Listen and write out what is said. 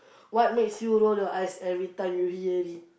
what makes you roll your eyes every time you hear or read